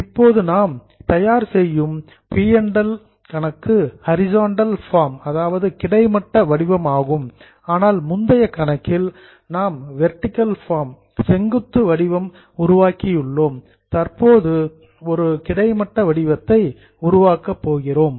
இப்போது நாம் தயார் செய்யும் பி மற்றும் எல் கணக்கு ஹரிசாண்டல் ஃபார்ம் கிடைமட்ட வடிவமாகும் ஆனால் முந்தைய கணக்கில் நாம் வெர்டிகல் ஃபார்ம் செங்குத்து வடிவம் உருவாக்கியுள்ளோம் தற்போது ஒரு கிடைமட்ட வடிவத்தை உருவாக்கப் போகிறோம்